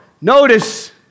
notice